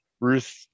Ruth